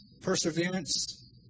perseverance